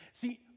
See